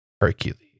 hercules